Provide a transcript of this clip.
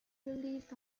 released